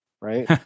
right